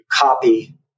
copy